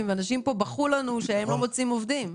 אנשים פה בכו לנו שהם לא מוצאים עובדים.